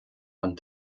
don